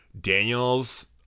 Daniel's –